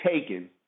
taken